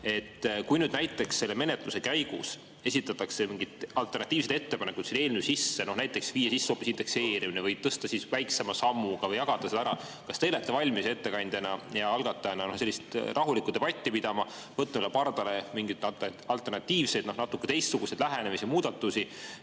Kui nüüd selle menetluse käigus esitatakse mingid alternatiivsed ettepanekud selle eelnõu [muutmiseks], näiteks viia sisse hoopis indekseerimine või tõsta väiksema sammuga või jagada see ära, kas te olete valmis ettekandjana ja algatajana sellist rahulikku debatti pidama, võtma pardale mingeid alternatiivseid, natuke teistsuguseid lähenemisi, muudatusi